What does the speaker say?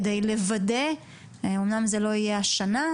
כדי לוודא-אומנם זה לא יהיה השנה,